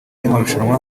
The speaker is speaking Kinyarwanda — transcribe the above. y’amarushanwa